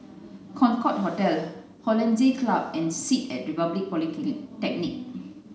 Concorde Hotel Hollandse Club and Sit at Republic Poly technic